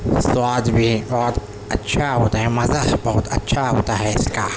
سواد بھی بہت اچھا ہوتا ہے مزہ بہت اچھا ہوتا ہے اس کا